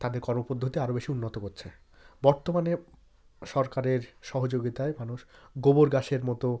তাদের কর্মপদ্ধতি আরও বেশি উন্নত করছে বর্তমানে সরকারের সহযোগিতায় মানুষ গোবর গ্যাসের মতো